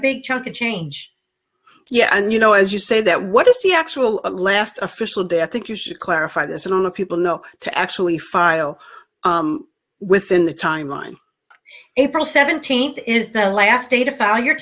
big chunk of change and you know as you say that what is the actual last official death think you should clarify this a lot of people know to actually file within the timeline april seventeenth is the last day to file your